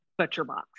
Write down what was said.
ButcherBox